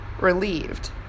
relieved